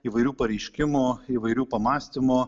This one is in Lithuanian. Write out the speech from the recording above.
įvairių pareiškimų įvairių pamąstymų